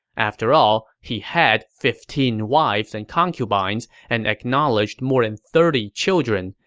after all, he had fifteen wives and concubines and acknowledged more than thirty children,